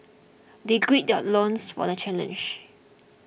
they gird their loins for the challenge